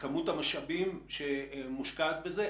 וכמות המשאבים שמוקעת בזה.